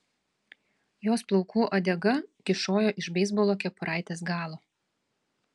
jos plaukų uodega kyšojo iš beisbolo kepuraitės galo